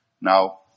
Now